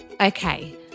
okay